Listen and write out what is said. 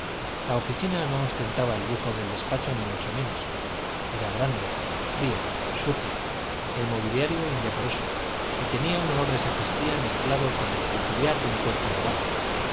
la oficina no ostentaba el lujo del despacho ni mucho menos era grande fría sucia el mobiliario indecoroso y tenía un olor de sacristía mezclado con el peculiar de un cuerpo de guardia